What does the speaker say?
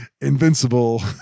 invincible